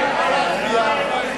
נא להצביע.